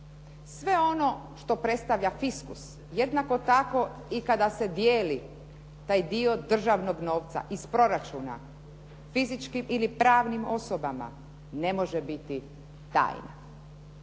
sve ono što predstavlja fiskus jednako tako i kada se dijeli taj dio državnog novca iz proračuna, fizičkim ili pravnim osobama ne može biti tajna.